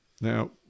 Now